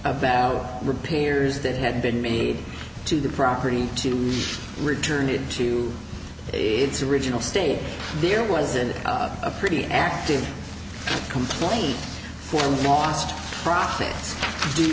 about repairs that had been made to the property to return it to its original state there wasn't a pretty active complaint for lost profits due